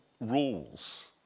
rules